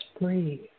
breathe